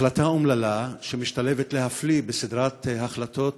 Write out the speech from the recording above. החלטה אומללה שמשתלבת להפליא בסדרת החלטות